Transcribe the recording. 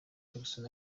jackson